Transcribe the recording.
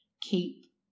keep